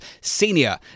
Senior